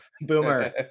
Boomer